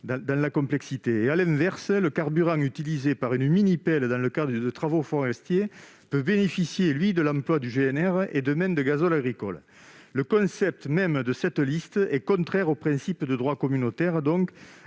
dans la complexité. À l'inverse, le carburant utilisé par une minipelle dans le cadre de travaux forestiers peut bénéficier, lui, de l'emploi du GNR et même de gazole agricole. Le concept même de cette liste est contraire aux principes du droit communautaire. Il